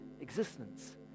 existence